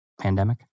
pandemic